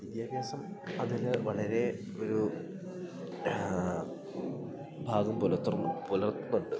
വിദ്യാഭ്യാസം അതില് വളരെ ഒരു ഭാഗം പുലർത്തുന്നു പുലർത്തുന്നുണ്ട്